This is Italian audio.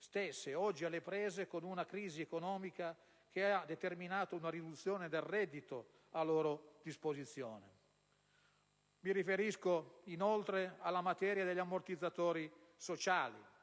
stesse, oggi alle prese con una crisi economica che ha determinato una riduzione del reddito a loro disposizione. Mi riferisco, inoltre, alla materia degli ammortizzatori sociali.